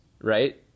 right